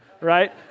right